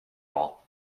all